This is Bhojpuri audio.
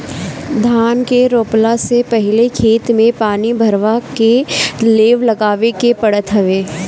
धान के रोपला से पहिले खेत में पानी भरवा के लेव लगावे के पड़त हवे